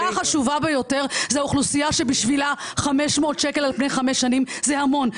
החשובה ביותר זו האוכלוסייה שבשבילה 500 שקל על פני חמש שנים זה המון,